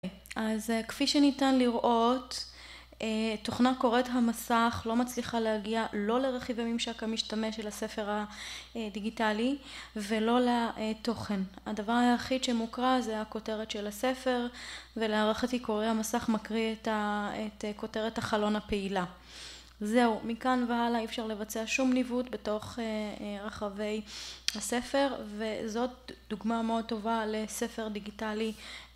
אז כפי שניתן לראות, תוכנה קוראת המסך לא מצליחה להגיע לא לרכיבי ממשק המשתמש של הספר הדיגיטלי ולא לתוכן. הדבר היחיד שמוקרא זה הכותרת של הספר, ולהערכתי קורא המסך מקריא את הכותרת החלון הפעילה. זהו, מכאן והלאה אי אפשר לבצע שום ניווט בתוך רחבי הספר וזאת דוגמה מאוד טובה לספר דיגיטלי...